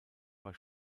war